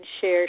share